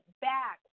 back